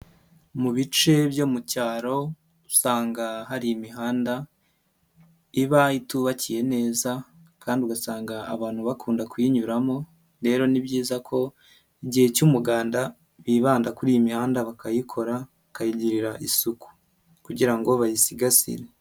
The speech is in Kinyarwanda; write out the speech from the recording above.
Mu bice byo mu cyaro usanga hari imihanda iba itubakiye neza kandi ugasanga abantu bakunda kuyinyuramo, rero ni byiza ko igihe cy'umuganda bibanda kuri iyi mihanda bakayikora bakayigirira isuku kugira ngo bayisigasire.